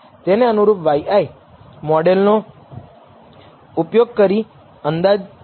તેને અનુરૂપ yi મોડલનો ઉપયોગ કરી અંદાજિત કરી શકું છું